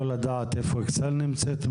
ובהינתן המשאבים אנחנו נבנה גם